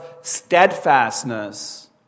steadfastness